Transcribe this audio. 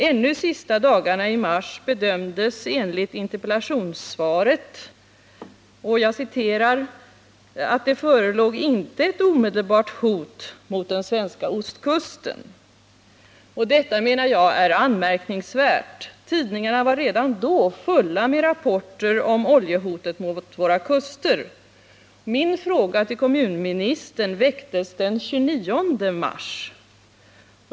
Ännu de sista dagarna i mars bedömdes enligt interpellationssvaret att det inte ”förelåg ett omedelbart hot mot den svenska ostkusten”. Detta menar jag är anmärkningsvärt. Tidningarna var redan då fulla av rapporter om oljehotet mot våra kuster. Min fråga till kommunministern väcktes den 29 mars.